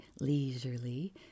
leisurely